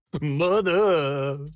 Mother